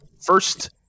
first